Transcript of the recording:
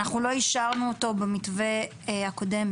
אנחנו לא אישרנו אותו במתווה הקודם.